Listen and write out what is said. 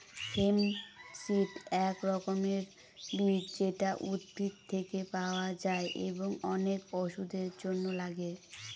hemp seed এক রকমের বীজ যেটা উদ্ভিদ থেকে পাওয়া যায় এবং অনেক ওষুধের জন্য লাগে